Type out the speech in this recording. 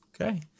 okay